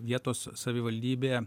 vietos savivaldybė